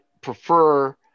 prefer